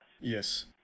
Yes